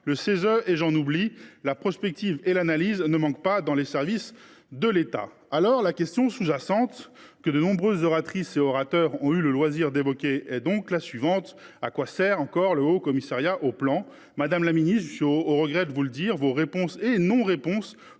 le Cese, et j’en oublie. La prospective et l’analyse ne manquent pas dans les services de l’État ! La question sous jacente que de nombreux orateurs et oratrices ont eu le loisir de soulever est donc la suivante : à quoi sert le Haut Commissariat au plan ? Madame la ministre, je suis au regret de vous le dire : vos réponses et non réponses